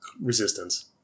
resistance